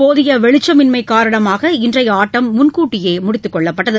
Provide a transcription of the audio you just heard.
போதிய வெளிச்சமின்மை காரணமாக இன்றைய ஆட்டம் முன்கூட்டியே முடித்துக் கொள்ளப்பட்டது